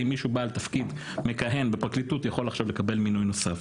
האם מישהו בעל תפקיד מכהן בפרקליטות יכול עכשיו לקבל מינוי נוסף.